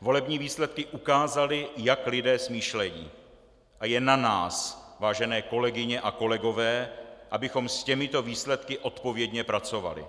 Volební výsledky ukázaly, jak lidé smýšlejí, a je na nás, vážené kolegyně a kolegové, abychom s těmito výsledky odpovědně pracovali.